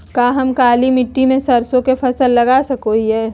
का हम काली मिट्टी में सरसों के फसल लगा सको हीयय?